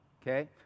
okay